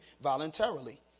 voluntarily